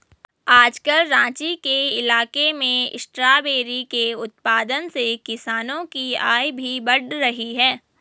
आजकल राँची के इलाके में स्ट्रॉबेरी के उत्पादन से किसानों की आय भी बढ़ रही है